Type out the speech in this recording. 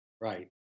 Right